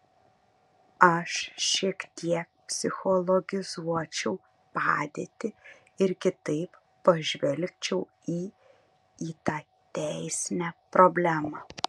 aš šiek tiek psichologizuočiau padėtį ir kitaip pažvelgčiau į į tą teisinę problemą